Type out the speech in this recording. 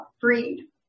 Breed